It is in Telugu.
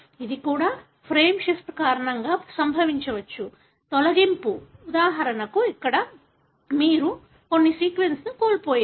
ఇది కూడా ఫ్రేమ్ షిఫ్ట్ కారణంగా సంభవించవచ్చు I తొలగింపు ఉదాహరణకు ఇక్కడ మీరు కొన్ని సీక్వెన్స్ కోల్పోయారు